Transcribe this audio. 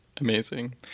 amazing